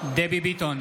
דבי ביטון,